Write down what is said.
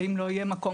אם לא יהיה מקום,